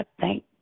thank